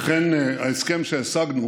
וכן ההסכם שהשגנו